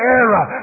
error